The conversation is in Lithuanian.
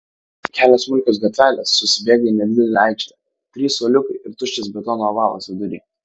kelios smulkios gatvelės susibėga į nedidelę aikštę trys suoliukai ir tuščias betono ovalas vidury